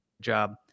job